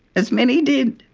as many did.